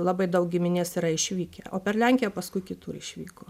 labai daug giminės yra išvykę o per lenkiją paskui kitur išvyko